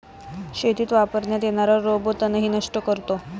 शेतीत वापरण्यात येणारा रोबो तणही नष्ट करतो